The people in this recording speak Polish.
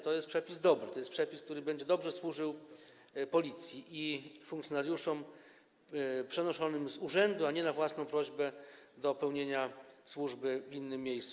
To jest przepis dobry, to jest przepis, który będzie dobrze służył Policji i funkcjonariuszom przenoszonym z urzędu, a nie na własną prośbę, do pełnienia służby w innym miejscu.